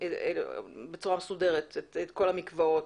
בצורה מסודרת את כל המקוואות,